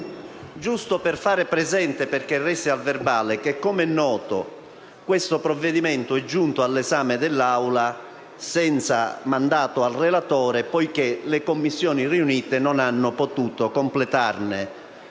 desidero far presente che, come è noto, questo provvedimento è giunto all'esame dell'Aula senza mandato al relatore poiché le Commissioni riunite non hanno potuto completarne